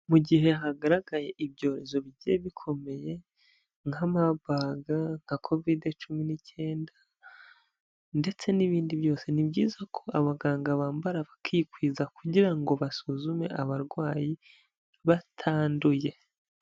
Mu gihe hagaragaye ibyorezo bigiye bikomeye nka Mabaga, nka kovid cumi n'icyenda ndetse n'ibindi byose, ni byiza ko abaganga bambara bakikwiza kugira ngo basuzume abarwayi batanduye.